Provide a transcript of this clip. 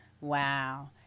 Wow